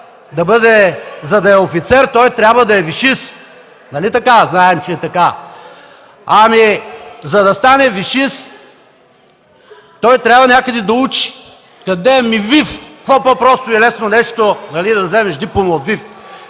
за да е офицер, той трябва да е висшист – нали така? Знаем, че е така. Ами, за да стане висшист, той трябва някъде да учи. Къде? Ами ВИФ. Какво по-просто и лесно нещо да вземеш диплома от ВИФ?